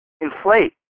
inflate